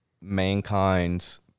mankind's